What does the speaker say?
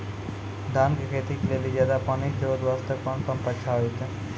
धान के खेती के लेली ज्यादा पानी के जरूरत वास्ते कोंन पम्प अच्छा होइते?